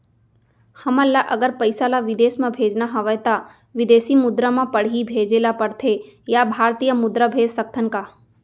हमन ला अगर पइसा ला विदेश म भेजना हवय त विदेशी मुद्रा म पड़ही भेजे ला पड़थे या भारतीय मुद्रा भेज सकथन का?